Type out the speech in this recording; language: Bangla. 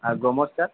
R grow more sir